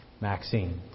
Maxine